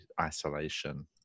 isolation